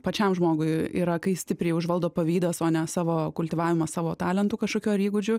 pačiam žmogui yra kai stipriai užvaldo pavydas o ne savo kultivavimą savo talentų kažkokių ar įgūdžių